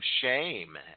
shame